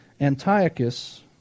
Antiochus